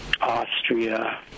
Austria